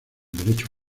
derecho